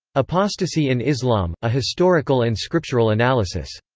apostasy in islam a historical and scriptural analysis.